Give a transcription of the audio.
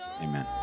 Amen